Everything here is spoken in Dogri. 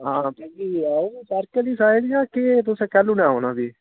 हां लंगी आए पार्के आह्ली साइड जां केह् तुसै केल्लू न औना फ्ही